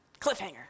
Cliffhanger